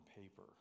paper